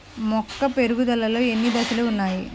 మొక్క పెరుగుదలలో ఎన్ని దశలు వున్నాయి?